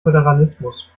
föderalismus